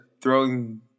throwing